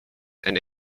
and